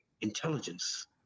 intelligence